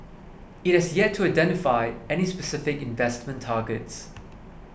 it has yet to identify any specific investment targets